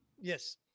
Yes